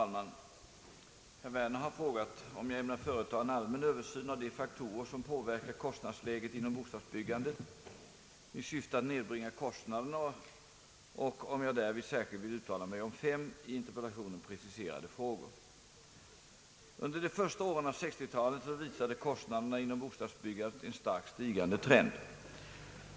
Herr talman! Herr Werner har frågat om jag ämnar företa en allmän översyn av de faktorer som påverkar kostnadsläget inom bostadsbyggandet i syfte att nedbringa kostnaderna och om jag därvid särskilt vill uttala mig om fem i interpellationen preciserade frågor. Under de första åren av 1960-talet visade kostnaderna inom bostadsbyggandet en starkt stigande trend.